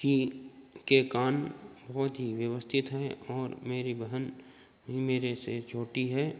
की के कान बहुत ही व्यवस्थित हैं और मेरी बहन ही मेरे से छोटी है